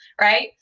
right